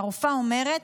והרופאה אומרת,